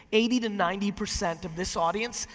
eighty to ninety percent of this audience,